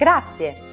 Grazie